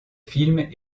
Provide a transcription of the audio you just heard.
films